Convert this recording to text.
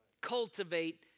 Cultivate